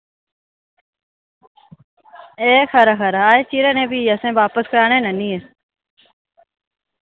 ए खरा खरा ए चिरै नै फ्ही असैं बापस कराने न आह्नियै